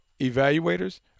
evaluators –